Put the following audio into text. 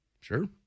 Sure